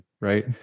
right